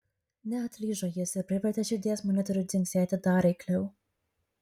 neatlyžo jis ir privertė širdies monitorių dzingsėti dar eikliau